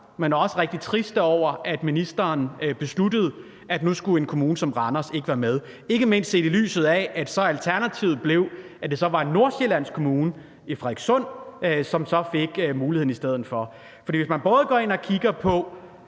men også rigtig triste over, at ministeren besluttede, at nu skulle en kommune som Randers ikke være med – ikke mindst set i lyset af at alternativet så blev, at det var en nordsjællandsk kommune, Frederikssund Kommune, som så fik muligheden i stedet for. For man kunne både gå ind og kigge på,